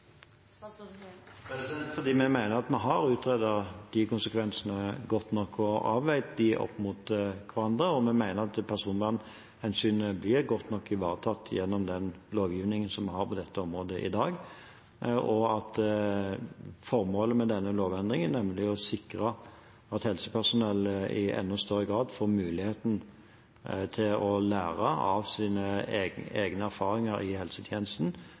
fordi vi mener vi har utredet konsekvensene godt nok og avveid dem mot hverandre. Vi mener at personvernhensynet blir godt nok ivaretatt gjennom den lovgivningen vi har på dette området i dag, og at formålet med denne lovendringen – nemlig å sikre at helsepersonell i enda større grad får mulighet til å lære av sine egne erfaringer i helsetjenesten